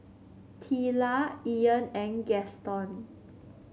Teela Ian and Gaston